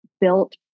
built